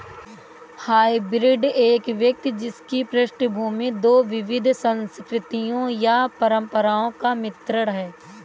hybrid एक व्यक्ति जिसकी पृष्ठभूमि दो विविध संस्कृतियों या परंपराओं का मिश्रण है